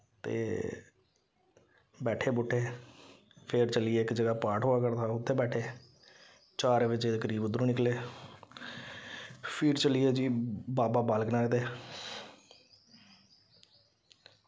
ते बैठे बूठे फिर चली गे इक जगह् पाठ होआ करदा हा उत्थै बैठे चार बजे दे करीब उद्धरूं निकले फिर चली गे जी बाबा बालक नाथ दे